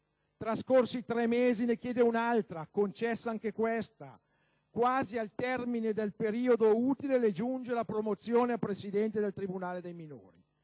trascorsi i tre mesi ne chiede un'altra, concessa anche questa; quasi al termine del periodo utile le giunge la promozione a presidente del tribunale dei minori.